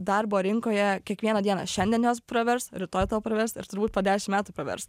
darbo rinkoje kiekvieną dieną šiandien jos pravers rytoj tau pravers ir turbūt po dešim metų pravers